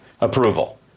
approval